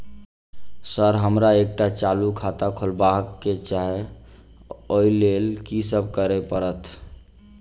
Sir हमरा एकटा चालू खाता खोलबाबह केँ छै ओई लेल की सब करऽ परतै?